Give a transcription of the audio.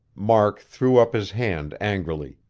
mark threw up his hand angrily.